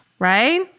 Right